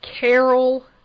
Carol